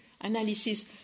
analysis